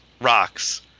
rocks